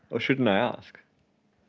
or shouldn't i ask?